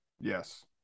yes